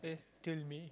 tell me